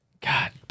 God